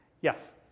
Yes